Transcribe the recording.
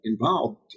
involved